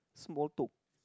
small talk